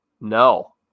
No